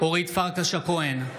אורית פרקש הכהן,